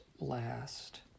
last